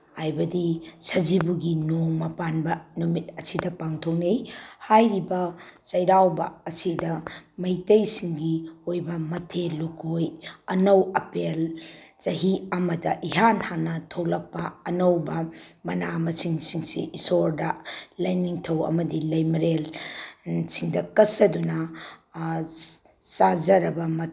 ꯍꯥꯏꯕꯗꯤ ꯁꯖꯤꯕꯨꯒꯤ ꯅꯣꯡꯃ ꯄꯥꯟꯕ ꯅꯨꯃꯤꯠ ꯑꯁꯤꯗ ꯄꯥꯡꯊꯣꯛꯅꯩ ꯍꯥꯏꯔꯤꯕ ꯆꯩꯔꯥꯎꯕ ꯑꯁꯤꯗ ꯃꯩꯇꯩꯁꯤꯡꯒꯤ ꯑꯣꯏꯕ ꯃꯊꯦꯜ ꯂꯨꯛꯀꯣꯏ ꯑꯅꯧ ꯑꯄꯦꯜ ꯆꯍꯤ ꯑꯃꯗ ꯏꯍꯥꯟ ꯍꯥꯟꯅ ꯊꯣꯂꯛꯄ ꯑꯅꯧꯕ ꯃꯅꯥ ꯃꯁꯤꯡꯁꯤꯡꯁꯤ ꯏꯁꯣꯔꯗ ꯂꯥꯏꯅꯤꯡꯊꯧ ꯑꯃꯗꯤ ꯂꯩꯃꯔꯦꯜ ꯁꯤꯗ ꯀꯠꯆꯗꯨꯅ ꯆꯥꯖꯔꯕ